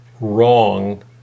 wrong